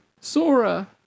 Sora